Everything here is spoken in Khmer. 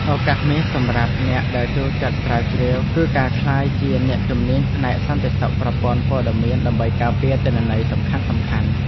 ឱកាសមាសសម្រាប់អ្នកដែលចូលចិត្តស្រាវជ្រាវ គឺការក្លាយជាអ្នកជំនាញផ្នែកសន្តិសុខប្រព័ន្ធព័ត៌មានដើម្បីការពារទិន្នន័យសំខាន់ៗ។